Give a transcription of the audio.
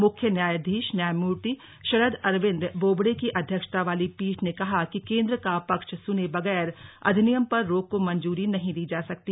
मुख्य न्यायधीश न्यायमूर्ति शरद अरविन्द बोबड़े की अध्यक्षता वाली पीठ ने कहा कि केन्द्र का पक्ष सुने बगैर अधिनियम पर रोक को मंजूरी नहीं दी जा सकती